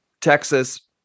Texas